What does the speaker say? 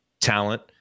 talent